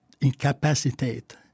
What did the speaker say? incapacitate